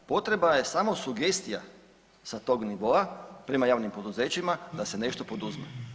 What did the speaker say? Potreba je samo sugestija sa tog nivoa prema javnim poduzećima da se nešto poduzme.